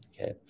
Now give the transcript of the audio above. Okay